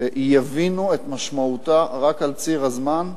יבינו את משמעותה רק על ציר הזמן,